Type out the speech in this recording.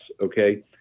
Okay